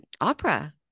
opera